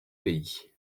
pays